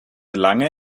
lange